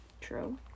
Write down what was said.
True